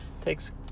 takes